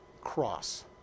cross